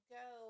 go